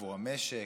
עבור המשק,